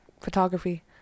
photography